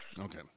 Okay